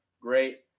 great